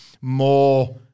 more